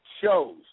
Shows